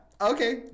Okay